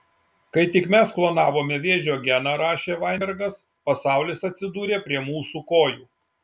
kai tik mes klonavome vėžio geną rašė vainbergas pasaulis atsidūrė prie mūsų kojų